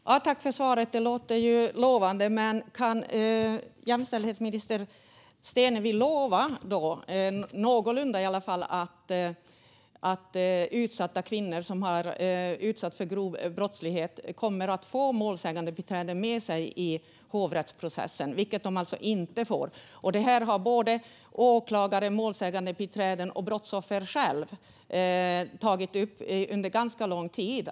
Herr talman! Tack för svaret! Det låter lovande. Men kan då jämställdhetsminister Stenevi lova - någorlunda i alla fall - att kvinnor som har utsatts för grov brottslighet kommer att få målsägandebiträde med sig i hovrättsprocessen, vilket de alltså inte får nu? Det här har både åklagare, målsägandebiträden och brottsoffer själva tagit upp under ganska lång tid.